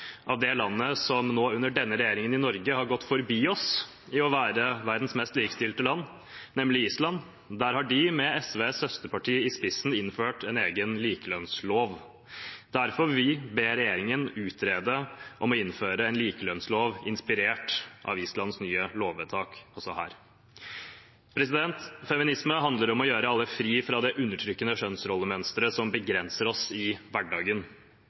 av det landet som nå under denne regjeringen i Norge har gått forbi oss i å være verdens mest likestilte land, nemlig Island. Der har de med SVs søsterparti i spissen innført en egen likelønnslov. Derfor vil vi be regjeringen utrede å innføre en likelønnslov, inspirert av Islands nye lovvedtak, også her. Feminisme handler om å gjøre alle fri fra det undertrykkende kjønnsrollemønsteret som begrenser oss i hverdagen.